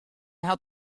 hat